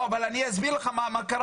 לא, אבל נסביר לך מה קרה.